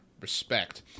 respect